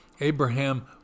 Abraham